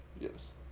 Yes